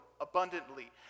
abundantly